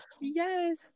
Yes